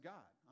God